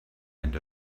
and